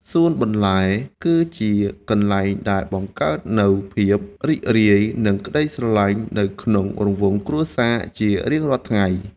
សួនបន្លែគឺជាកន្លែងដែលបង្កើតនូវភាពរីករាយ និងក្តីស្រឡាញ់នៅក្នុងរង្វង់គ្រួសារជារៀងរាល់ថ្ងៃ។